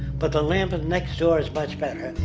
but the lamp and next door is much better,